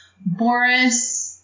Boris